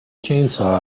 chainsaw